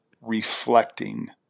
reflecting